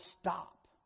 stop